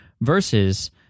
versus